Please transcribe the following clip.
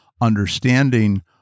understanding